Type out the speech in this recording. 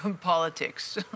politics